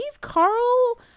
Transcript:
carl